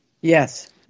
Yes